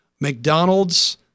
McDonald's